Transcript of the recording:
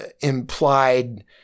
implied